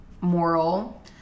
moral